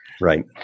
Right